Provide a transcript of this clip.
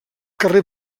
carrer